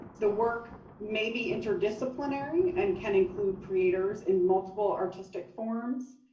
the work may be interdisciplinary and can include creators in multiple artistic forms.